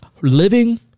Living